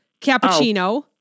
cappuccino